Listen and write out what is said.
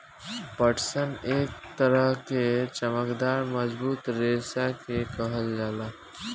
पटसन एक तरह के चमकदार मजबूत रेशा के कहल जाला